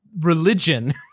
religion